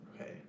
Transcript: Okay